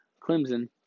Clemson